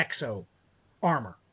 exo-armor